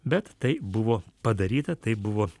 bet tai buvo padaryta tai buvo